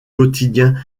quotidiens